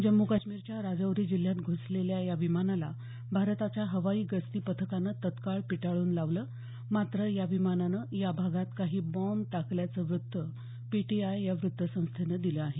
जम्मू काश्मीरच्या राजौरी जिल्ह्यात घुसलेल्या या विमानाला भारताच्या हवाई गस्ती पथकानं तत्काळ पिटाळून लावलं मात्र या विमानानं या भागात काही बॉम्ब टाकल्याचं व्त्त पीटीआय या वृत्तसंस्थेनं दिलं आहे